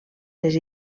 les